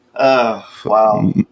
Wow